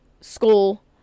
school